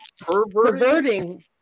Perverting